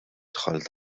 dħalt